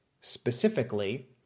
Specifically